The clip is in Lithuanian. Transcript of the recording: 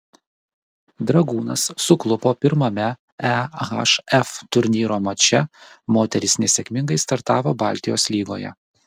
dragūnas suklupo pirmame ehf turnyro mače moterys nesėkmingai startavo baltijos lygoje